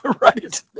Right